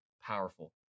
powerful